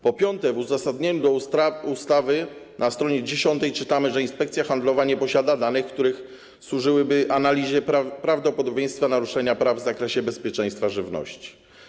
Po piąte, w uzasadnieniu ustawy na str. 10 czytamy, że inspekcja handlowa nie posiada baz danych, które służyłyby analizie prawdopodobieństwa naruszenia praw w zakresie bezpieczeństwa żywności.